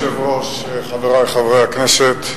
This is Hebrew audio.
אדוני היושב-ראש, חברי חברי הכנסת,